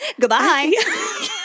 Goodbye